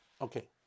Okay